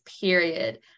period